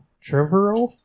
Trevor